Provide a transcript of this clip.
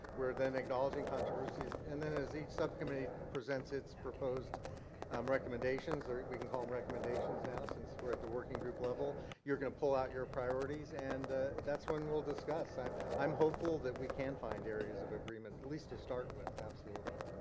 we're then acknowledging controversies and then as each subcommittee presents its proposed um recommendations or we can call them recommendations now, since we're at the working group level you're going to pull out your priorities and that's when we'll discuss. i'm i'm hopeful that we can find areas of agreement, at least to start with, absolutely.